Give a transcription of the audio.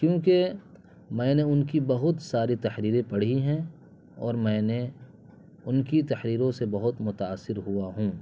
کیوں کہ میں نے ان کی بہت ساری تحریریں پڑھی ہیں اور میں نے ان کی تحریروں سے بہت متاثر ہوا ہوں